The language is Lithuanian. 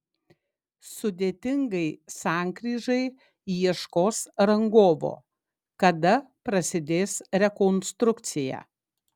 sudėtingai sankryžai ieškos rangovo kada prasidės rekonstrukcija